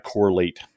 correlate